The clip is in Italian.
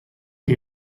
che